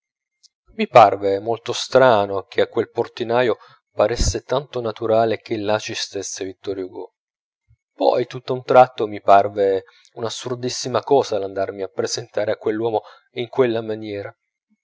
mi parve molto strano che a quel portinaio paresse tanto naturale che là ci stesse vittor hugo poi tutt'a un tratto mi parve un'assurdissima cosa l'andarmi a presentare a quell'uomo in quella maniera